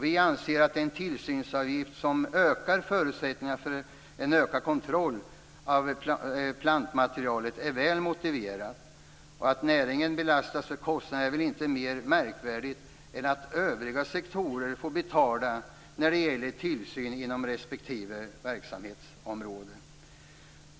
Vi anser att en tillsynsavgift som ökar förutsättningarna för en ökad kontroll av plantmaterialet är väl motiverad. Att näringen belastas med kostnaden är väl inte mer märkvärdigt än att övriga sektorer får betala när det gäller tillsyn inom respektive verksamhetsområde.